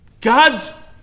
God's